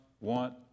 want